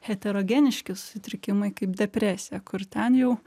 heterogeniški sutrikimai kaip depresija kur ten jau